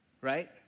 right